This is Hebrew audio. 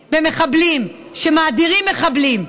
שתומכים במחבלים, שמאדירים מחבלים.